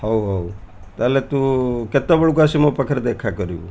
ହଉ ହଉ ତା'ହେଲେ ତୁ କେତେବେଳକୁ ଆସି ମୋ ପାଖରେ ଦେଖା କରିବୁ